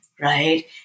right